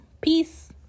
Peace